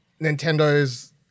nintendo's